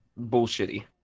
bullshitty